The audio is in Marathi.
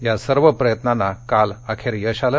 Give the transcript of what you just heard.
या सर्व प्रयत्नांना काल अखेर यश आलं